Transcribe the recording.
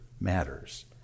matters